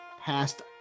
passed